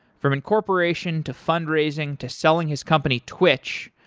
from incorporation, to fundraising, to selling his company, twitch,